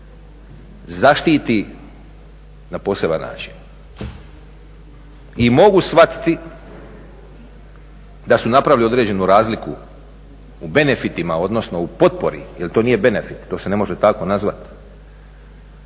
zaštiti na poseban način. I mogu shvatiti da su napravili određenu razliku u benefitima odnosno u potpori jer to nije benefit, to se ne može tako nazvati,